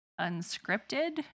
unscripted